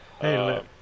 Hey